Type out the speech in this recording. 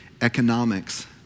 economics